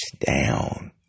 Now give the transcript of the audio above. down